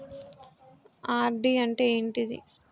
RD అంటే ఏంటిది?